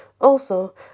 Also